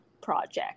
project